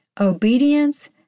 obedience